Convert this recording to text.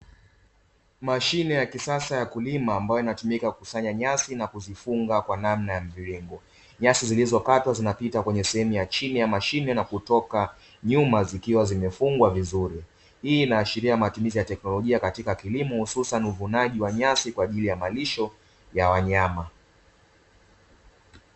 Mashine ya kisasa ya kulima ambayo inatumika kukusanya nyasi na kuzifunga kwa namna ya mviringo. Nyasi zilizokatwa zinapita kwenye sehemu ya chini ya mashine na kutoka, nyuma zikiwa zimefungwa vizuri. Hii inaashiria matumizi ya teknolojia katika kilimo, hususani uvunaji wa nyasi kwa ajili ya malisho ya wanyama.